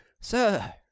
Sir